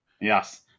Yes